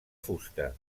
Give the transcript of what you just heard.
fusta